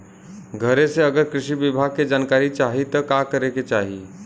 घरे से अगर कृषि विभाग के जानकारी चाहीत का करे के चाही?